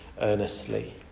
earnestly